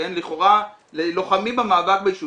לכאורה לוחמים במאבק בעישון,